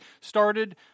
started